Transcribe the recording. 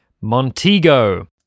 Montego